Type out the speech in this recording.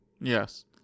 Yes